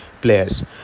players